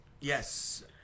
Yes